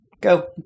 go